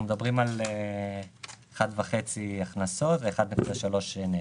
על 1.5 מיליארד שקל הכנסות ו-1.3 מיליארד שקל נטו.